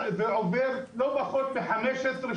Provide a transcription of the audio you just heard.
עוברות לא פחות מחמש עשרה,